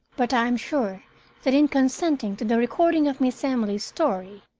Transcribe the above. but i am sure that in consenting to the recording of miss emily's story,